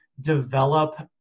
develop